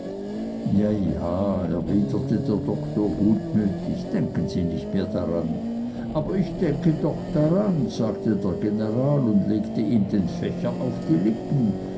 ja ja erwiderte der doktor gutmütig denken sie nicht mehr daran aber ich denke doch daran sagte der general und legte ihm den fächer auf die lippen